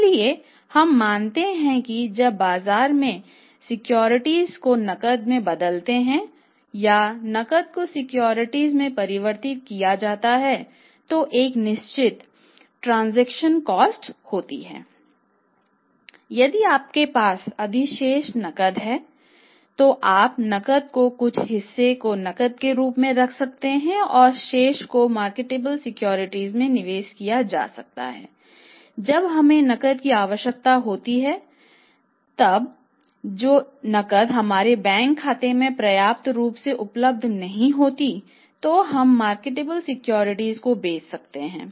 इसलिए हम मानते हैं कि जब आप बाजार में सिक्योरिटीज को नकद में बदलते हैं और नकद को सिक्योरिटीज में परिवर्तित करते हैं तो एक निश्चित लेनदेन लागत होती है